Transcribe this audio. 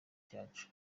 cyacu